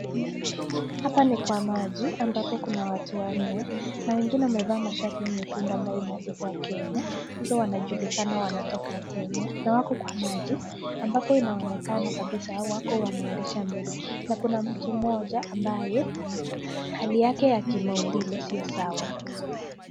Hapa ni kwa maji ambapo kuna watu wanne na wengine wamevaa mashati nyekundu ambayo imeandikwa Kenya. Sasa wanajulikana wanatoka Kenya. Na wako kwa maji ambapo inaonekana kabisa hao wako wanaendesha meli. Na kuna mtu mmoja ambaye hali yake ya kimaumbile sio sawa.